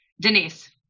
Denise